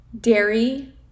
dairy